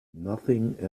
nothing